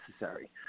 necessary